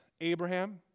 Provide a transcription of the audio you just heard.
Abraham